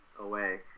away